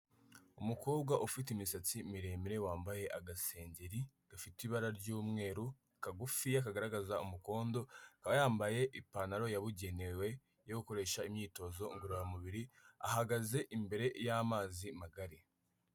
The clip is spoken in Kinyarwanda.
Umukobwa ufite imisatsi miremire, wambaye agasengeri gafite ibara ry'umweru, kagufiya kagaragaza umukondo, akaba yambaye ipantaro yabugenewe yo gukoresha imyitozo ngororamubiri, ahagaze imbere y'amazi magari.